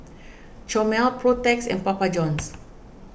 Chomel Protex and Papa Johns